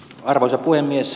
arvoisa puhemies